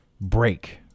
break